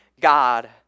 God